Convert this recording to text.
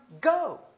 go